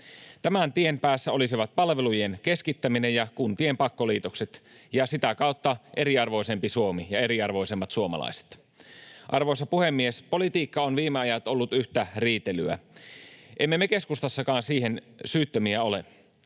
Tämän tien päässä olisivat palvelujen keskittäminen ja kuntien pakkoliitokset ja sitä kautta eriarvoisempi Suomi ja eriarvoisemmat suomalaiset. Arvoisa puhemies! Politiikka on viime ajat ollut yhtä riitelyä. Emme me keskustassakaan siihen syyttömiä ole.